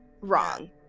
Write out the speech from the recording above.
wrong